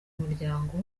umuryango